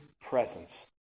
presence